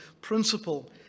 principle